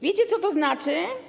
Wiecie, co to znaczy?